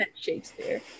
Shakespeare